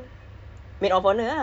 one hand